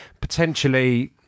potentially